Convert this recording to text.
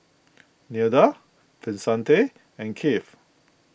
Nilda Vicente and Keith